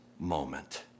moment